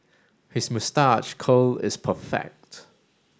his moustache curl is perfect